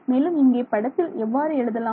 மேலும் இங்கே படத்தில் எவ்வாறு எழுதலாம்